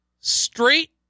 Straight